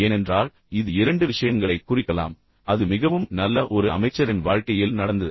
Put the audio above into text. ஏனென்றால் மீண்டும் இது இரண்டு விஷயங்களைக் குறிக்கலாம் அது மிகவும் நல்ல ஒரு அமைச்சரின் வாழ்க்கையில் நடந்தது